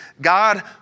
God